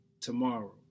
tomorrow